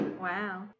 wow